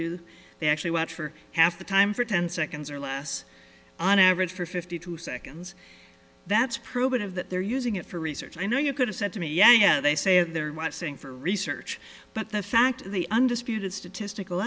do they actually watch for half the time for ten seconds or less on average for fifty two seconds that's probative that they're using it for research i know you could have said to me yeah they say they're watching for research but the fact of the undisputed statistical